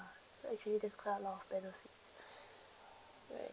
so actually there's quite a lot of benefits right